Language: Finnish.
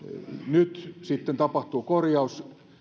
nyt sitten tapahtui korjaus